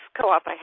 co-op